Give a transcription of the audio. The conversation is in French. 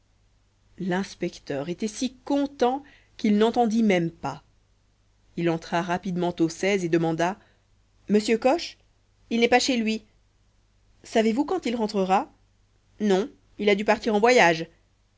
l'inspecteur était si content qu'il ne l'entendit même pas il entra rapidement au et demanda m coche il n'est pas chez lui savez-vous quand il rentrera non il a dû partir en voyage